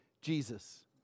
jesus